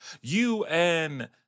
UN